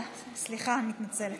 אה, סליחה, אני מתנצלת.